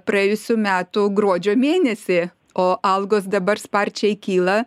praėjusių metų gruodžio mėnesį o algos dabar sparčiai kyla